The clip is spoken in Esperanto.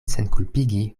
senkulpigi